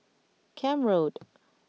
Camp Road